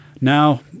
Now